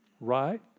Right